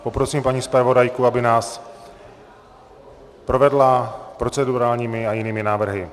Poprosím paní zpravodajku, aby nás provedla procedurálními a jinými návrhy.